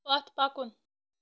پَتھ پکُن